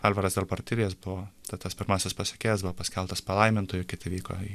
alvaras del partilijas buvo tai tas pirmasis pasekėjas buvo paskelbtas palaimintuoju kad vyko į